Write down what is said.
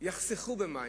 יחסכו במים,